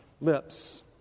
lips